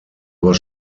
was